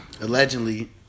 allegedly